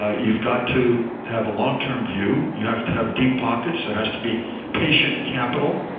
ah you've got to have a long-term view. you have to have deep pockets. there has to be patient capital.